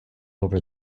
over